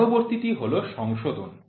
পরবর্তীটি হল সংশোধন